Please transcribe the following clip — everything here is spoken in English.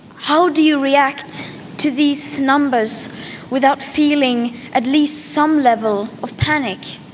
how do you react to these numbers without feeling at least some level of panic?